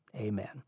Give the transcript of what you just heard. Amen